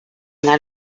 that